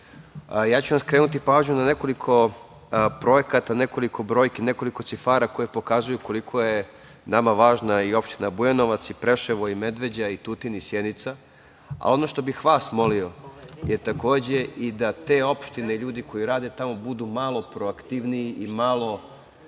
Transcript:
važna. Skrenuću vam pažnju na nekoliko projekata, nekoliko brojki, nekoliko cifara koje pokazuju koliko je nama važna i opština Bujanovac i Preševo i Medveđa i Tutin i Sjenica, a ono što bih vas molio je takođe da te opštine, ljudi koji rade tamo, budu malo provokativniji, malo